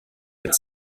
its